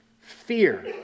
Fear